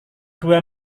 dua